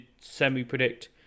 semi-predict